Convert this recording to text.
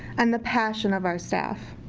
and the passion of our staff.